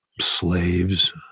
slaves